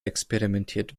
experimentiert